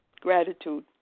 Gratitude